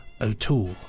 O'Toole